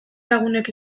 lagunek